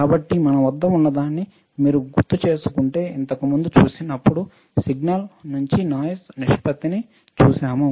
కాబట్టి మన వద్ద ఉన్నదాన్ని మీరు గుర్తుచేసుకుంటే ఇంతకుముందు చూసినప్పుడు సిగ్నల్ నుంచి నాయిస్ నిష్పత్తిని చూశాము